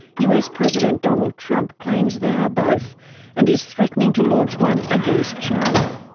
us president donald trump claims they are both and is threatening to launch one against china.